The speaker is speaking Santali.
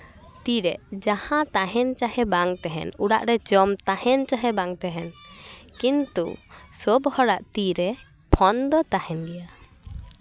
ᱛᱤᱨᱮ ᱡᱟᱦᱟᱸ ᱛᱟᱦᱮᱱ ᱪᱟᱦᱮᱸ ᱵᱟᱝ ᱛᱟᱦᱮᱱ ᱚᱲᱟᱜ ᱨᱮ ᱡᱚᱢ ᱛᱟᱦᱮᱱ ᱪᱟᱦᱮᱸ ᱵᱟᱝ ᱛᱟᱦᱮᱱ ᱠᱤᱱᱛᱩ ᱥᱚᱵ ᱦᱚᱲᱟᱜ ᱛᱤ ᱨᱮ ᱯᱷᱳᱱ ᱫᱚ ᱛᱟᱦᱮᱱ ᱜᱮᱭᱟ